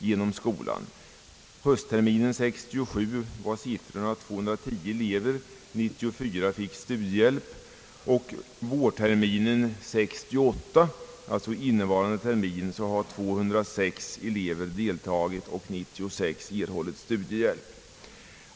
Höstterminen 1967 var elevantalet 210, varav 94 fick studiehjälp, och vårterminen 1968, alltså innevarande termin, har 206 ele ver deltagit i undervisningen och 96 erhållit studiehjälp.